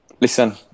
listen